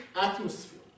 atmosphere